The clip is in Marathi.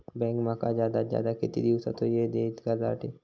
बँक माका जादात जादा किती दिवसाचो येळ देयीत कर्जासाठी?